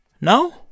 no